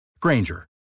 Granger